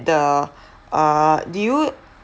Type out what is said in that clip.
the uh did you